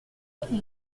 qui